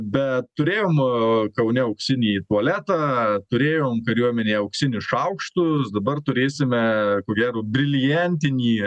bet turėjom kaune auksinį tualetą turėjom kariuomenėj auksinių šaukštų dabar turėsime ko gero briliantinį